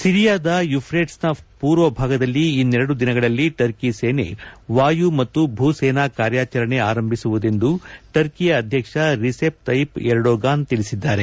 ಸಿರಿಯಾದ ಯುಫ್ರೇಟ್ಸ್ನ ಪೂರ್ವ ಭಾಗದಲ್ಲಿ ಇನ್ನೆರಡು ದಿನಗಳಲ್ಲಿ ಟರ್ಕಿ ಸೇನೆ ವಾಯು ಮತ್ತು ಭೂ ಸೇನಾ ಕಾರ್ಯಾಚರಣೆ ಆರಂಭಿಸುವುದೆಂದು ಟರ್ಕಿಯ ಅಧಕ್ಷ ರಿಸೆಪ್ ತಯಿಪ್ ಎರ್ಡೋಗಾನ್ ತಿಳಿಸಿದ್ದಾರೆ